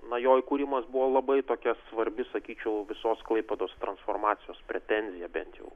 na jo įkūrimas buvo labai tokia svarbi sakyčiau visos klaipėdos transformacijos pretenzija bent jau